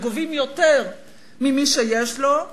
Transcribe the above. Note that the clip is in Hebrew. וגובים יותר ממי שיש לו,